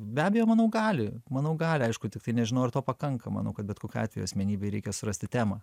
be abejo manau gali manau gali aišku tiktai nežinau ar to pakanka manau kad bet kokiu atveju asmenybei reikia surasti temą